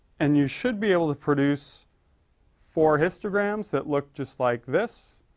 and you should be able to produce four histograms that look just like this.